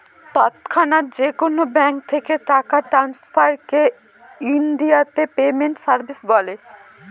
তৎক্ষণাৎ যেকোনো ব্যাঙ্ক থেকে টাকা ট্রান্সফারকে ইনডিয়াতে পেমেন্ট সার্ভিস বলে